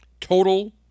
Total